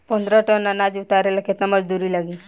पन्द्रह टन अनाज उतारे ला केतना मजदूर लागी?